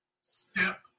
Step